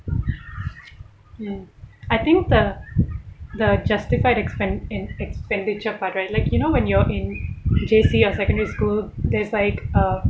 mm I think the the justified expen~ en~ expenditure part right like you know when you're in J_C or secondary school there's like a